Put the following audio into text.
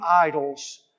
idols